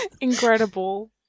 Incredible